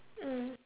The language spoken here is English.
mm